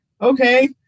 okay